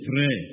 Pray